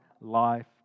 life